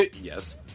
Yes